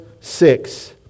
six